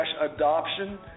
Adoption